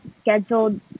scheduled